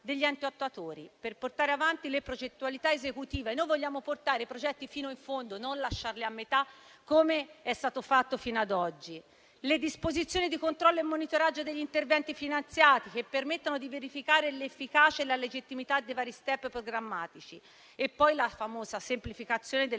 degli enti attuatori, per portare avanti le progettualità esecutive. Noi vogliamo portare i progetti fino in fondo e non lasciarli a metà, come è stato fatto fino ad oggi. Le disposizioni di controllo e monitoraggio degli interventi finanziati permettono di verificare l'efficacia e la legittimità dei vari *step* programmatici. C'è poi la famosa semplificazione delle